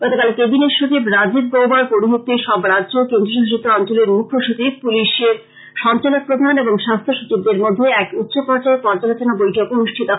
গতকাল কেবিনেট সচিব রাজীব গৌবার পৌরহিত্যে সব রাজ্য ও কেন্দ্রীয় শাসিত অঞ্চলের মূখ্য সচিব পুলিশের সঞ্চালক প্রধান ও স্বাস্থ্য সচিবদের মধ্যে উচ্চ পর্যায়ের পর্যালোচনা বৈঠক অনুষ্ঠিত হয়